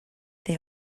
they